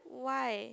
why